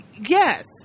Yes